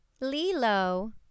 Lilo